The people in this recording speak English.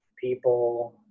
people